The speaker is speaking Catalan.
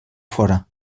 fora